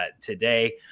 today